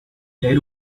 air